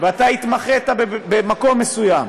והתמחית במקום מסוים,